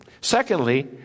Secondly